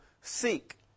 Seek